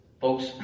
folks